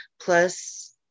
Plus